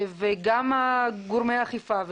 וגם גורמי האכיפה,